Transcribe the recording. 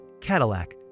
Cadillac